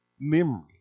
Memory